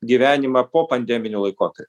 gyvenimą popandeminiu laikotarpiu